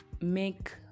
make